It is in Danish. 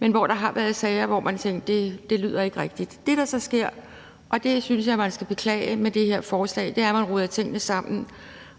men hvor der altså har været sager, hvor man tænker: Det lyder ikke rigtigt. Det, der så sker med det her forslag – og det synes jeg man skal beklage – er, at man roder tingene sammen.